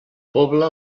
pobla